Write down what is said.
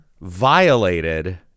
violated